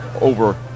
over